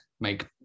make